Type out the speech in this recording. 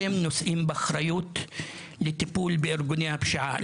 אתם נושאים באחריות לטיפול בארגוני הפשיעה.